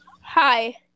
Hi